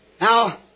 Now